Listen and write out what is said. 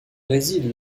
réside